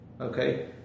Okay